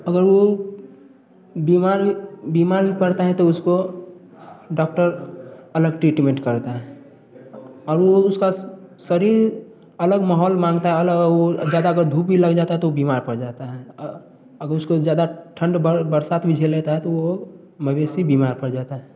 अगर वो बीमार भी बीमार भी पड़ता है तो उसको डॉक्टर अलग ट्रीटमेंट करता है और वो उसका शरीर अलग माहौल माँगता है अलग ज्यादा अगर धूप भी लग जाता है तो वो बीमार पड़ जाता है अगर उसको ज्यादा ठंड बर बरसात भी झेल लेता है तो वो मवेशी बीमार पड़ जाता है